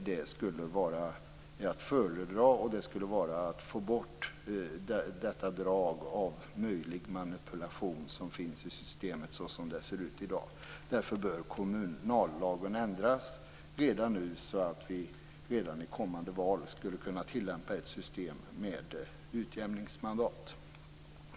Detta skulle vara att föredra, och det skulle få bort draget av möjlig manipulation som finns i systemet som det ser ut i dag. Därför bör kommunallagen ändras redan nu, så att vi redan i kommande val skulle kunna tillämpa ett system med utjämningsmandat.